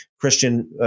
Christian